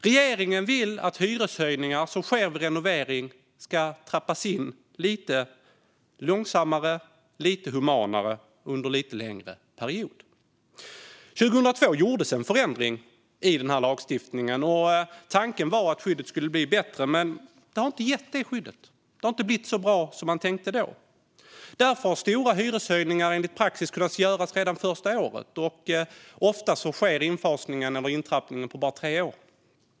Regeringen vill att hyreshöjningar som sker vid renovering ska trappas in lite långsammare och lite humanare under en lite längre period. Det gjordes 2002 en förändring i denna lagstiftning, och tanken var att skyddet skulle bli bättre. Men lagstiftningen har inte gett detta skydd; det har inte blivit så bra som man tänkte. Därför har stora hyreshöjningar enligt praxis kunnat göras redan första året, och infasningen eller intrappningen sker ofta på bara tre år.